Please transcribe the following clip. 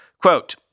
Quote